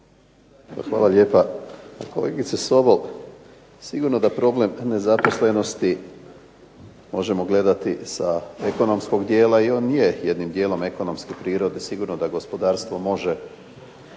Hvala lijepa. Kolegice Sobol, sigurno da problem nezaposlenosti možemo gledati sa ekonomskog dijela i on je jednim dijelom ekonomske prirode. Sigurno da gospodarstvo može